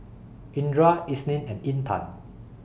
Indra Isnin and Intan